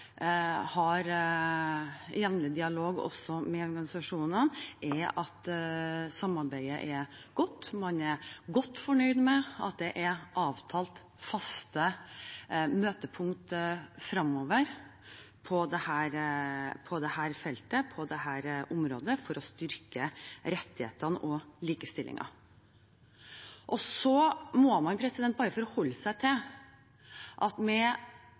har fått på plass jevnlige møtepunkter og jevnlig dialog mellom organisasjonene og departementets fagfolk, som sitter og jobber med tiltakene i strategiplanen og handlingsplanen, er at samarbeidet er godt. Man er godt fornøyd med at det er avtalt faste møtepunkt fremover på dette feltet for å styrke rettighetene og likestillingen. Man må bare forholde seg til at med